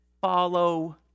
follow